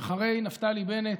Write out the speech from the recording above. אחרי נפתלי בנט,